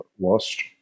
lost